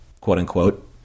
quote-unquote